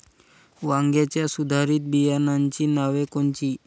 वांग्याच्या सुधारित बियाणांची नावे कोनची?